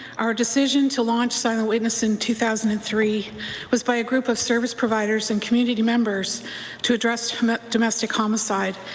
our decision to launch silent witness in two thousand and three was by a group of service providers and community members to address domestic homicide.